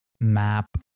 map